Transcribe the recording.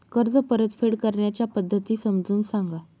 कर्ज परतफेड करण्याच्या पद्धती समजून सांगा